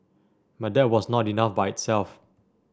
but that was not enough by itself